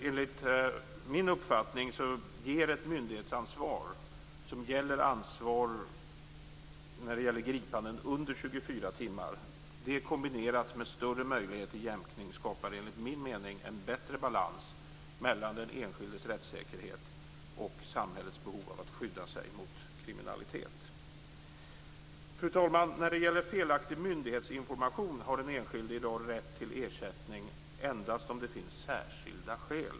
Enligt min uppfattning skapar ett myndighetsansvar som gäller ansvar vid gripanden under 24 timmar, kombinerat med större möjligheter till jämkning, en bättre balans mellan den enskildes rättssäkerhet och samhällets behov av att skydda sig mot kriminalitet. Fru talman! När det gäller felaktig myndighetsinformation har den enskilde i dag rätt till ersättning endast om det finns "särskilda skäl".